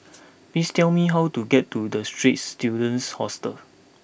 please tell me how to get to the Straits Students Hostel